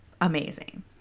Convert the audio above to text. amazing